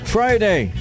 Friday